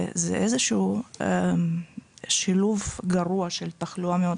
זה איזשהו שילוב גרוע של תחלואה מאוד